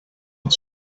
are